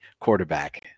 quarterback